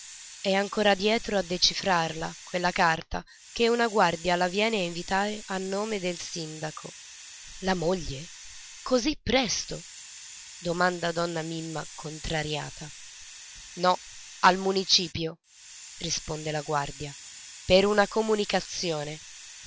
è ancora dietro a decifrarla quella carta che una guardia la viene a invitare a nome del sindaco la moglie così presto domanda donna mimma contrariata no al municipio risponde la guardia per una comunicazione